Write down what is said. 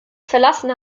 verlassen